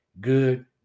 good